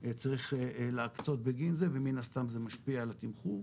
צריך להקצות בגין זה ומן הסתם זה משפיע על התמחור,